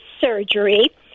surgery